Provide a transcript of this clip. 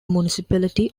municipality